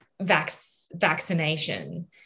vaccination